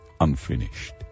unfinished